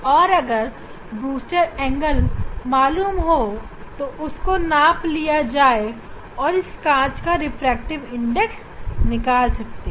और अगर Brewster angle मालूम हो या उसको नाप लिया जाए तो हम कांच का रिफ्लेक्टिव इंडेक्स निकाल सकते हैं